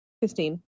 Christine